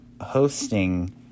hosting